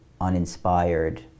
uninspired